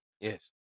Yes